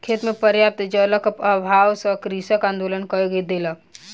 खेत मे पर्याप्त जलक अभाव सॅ कृषक आंदोलन कय देलक